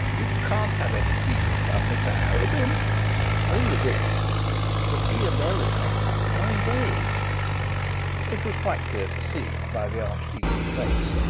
you can't have any secret about mr arabin only this that he and eleanor are engaged it was quite clear to see by the archdeacon's face,